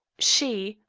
she,